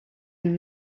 than